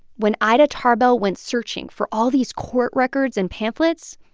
when ida tarbell went searching for all these court records and pamphlets,